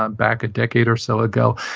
um back a decade or so ago,